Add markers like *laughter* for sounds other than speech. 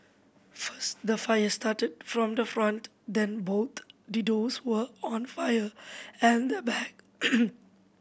first the fire started from the front then both the doors were on fire and the back *noise*